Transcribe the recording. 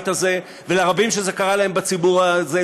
ולרבים בציבור שזה קרה להם,